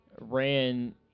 ran